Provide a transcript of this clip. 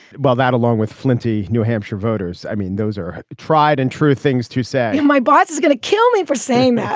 well, that along with flinty new hampshire voters, i mean, those are tried and true things to say my boss is gonna kill me for saying that